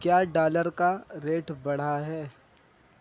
کیا ڈالر کا ریٹ بڑھا ہے